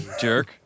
Jerk